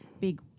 big